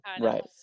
right